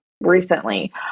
recently